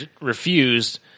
refused